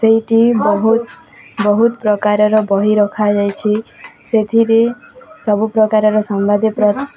ସେଇଠି ବହୁତ ବହୁତ ପ୍ରକାରର ବହି ରଖାଯାଇଛି ସେଥିରେ ସବୁପକାରର ସମ୍ବାଦ